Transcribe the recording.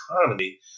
economy